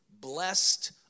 blessed